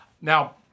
Now